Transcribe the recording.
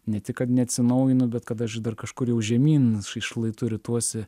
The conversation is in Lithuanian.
ne tik kad neatsinaujinu bet kad aš dar kažkur jau žemyn šlaitu rituosi